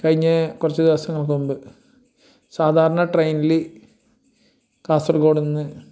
കഴിഞ്ഞ കുറച്ച് ദിവസങ്ങൾക്ക് മുമ്പ് സാധാരണ ട്രയിനിൽ കാസർഗോഡ് നിന്ന്